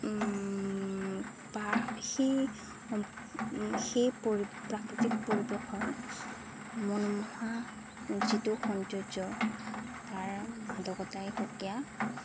বা সেই সেই প্ৰাকৃতিক পৰিৱেশৰ মনোমোহা যিটো সৌন্দৰ্য তাৰ মাদকতাই সুকীয়া